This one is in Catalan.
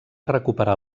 recuperar